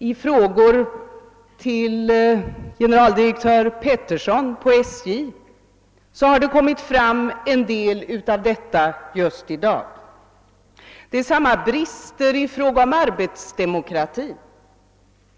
I frågor till generaldirektör Peterson vid SJ har en del av detta kommit fram just i dag. Det är samma brister i fråga om arbetsdemokratin,